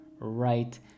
right